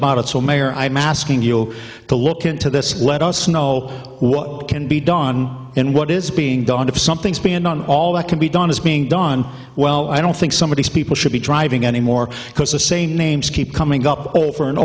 about it so mayor i'm asking you to look into this let us know what can be done and what is being done if something's been done all that can be done is being done well i don't think somebody people should be driving anymore because the same names keep coming up over and